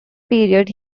period